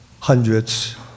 hundreds